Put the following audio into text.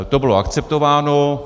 To bylo akceptováno.